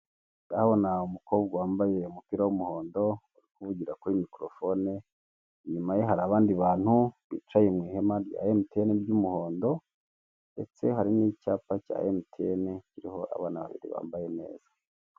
Ndahabona umukobwa wambaye umupira w'umuhondo uvugira kuri mikorofone, inyuma ye hari abandi bantu bicaye mu ihema bicaye mu ihema rya emutiyene ry'umuhondo ndetse hari n'icyapa cya emutiyene kiriho abana babiri bambaye neza.